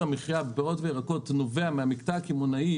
המחיה בפירות וירקות נובע מהמקטע הקמעונאי